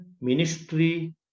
ministry